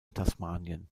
tasmanien